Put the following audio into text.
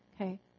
Okay